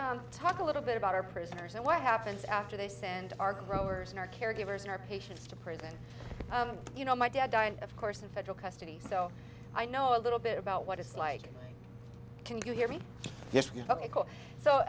talk a little bit about our prisoners and what happens after they send our growers in our caregivers in our patients to pray that you know my dad died of course in federal custody so i know a little bit about what it's like can you hear me ok cool